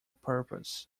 purpose